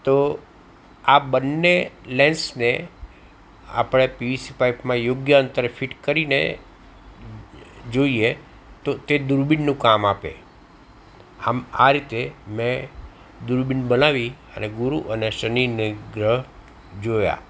તો આ બંને લેન્સને આપણે પીવીસી પાઇપમાં યોગ્ય અંતર ફિટ કરીને જોઈએ તો તે દૂરબીનનું કામ આપે આમ આ રીતે મેં દૂરબીન બનાવી અને ગુરુ અને શનિને ગ્રહ જોયાં